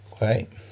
Right